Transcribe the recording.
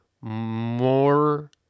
more